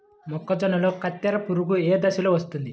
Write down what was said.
మొక్కజొన్నలో కత్తెర పురుగు ఏ దశలో వస్తుంది?